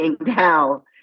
now